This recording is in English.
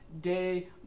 day